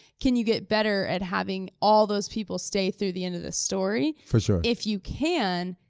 can you get better at having all those people stay through the end of the story? for sure. if you can,